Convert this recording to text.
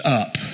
up